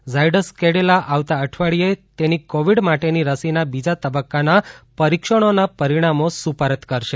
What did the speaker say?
ઝાયડસ કેડીલા આવતા અઠવાડિયે તેની કોવિડ માટેની રસીના બીજા તબક્કાના પરિક્ષણોના પરિણામો સુપરત કરશે